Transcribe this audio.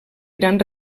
gran